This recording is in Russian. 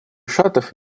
шатов